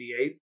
1988